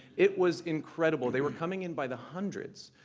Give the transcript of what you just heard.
it was incredible. they were coming in by the hundreds.